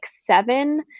seven